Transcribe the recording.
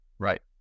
Right